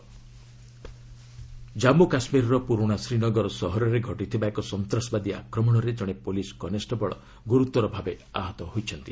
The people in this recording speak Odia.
ଜେକେ ଆଟାକ ଜାମ୍ମୁକାଶ୍ମୀରର ପୁରୁଣା ଶ୍ରୀନଗର ସହରରେ ଘଟିଥିବା ଏକ ସନ୍ତାସବାଦୀ ଆକ୍ରମଣରେ ଜଣେ ପୁଲିସ କନଷ୍ଟେବଲ ଗୁରୁତର ଭାବେ ଆହତ ହୋଇଛନ୍ତି